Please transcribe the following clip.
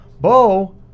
Bo